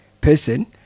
person